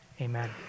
Amen